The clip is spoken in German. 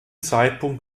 zeitpunkt